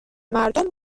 مردم